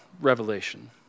Revelation